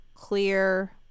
clear